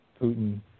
Putin